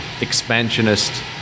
expansionist